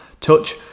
touch